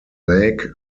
lake